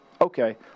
Okay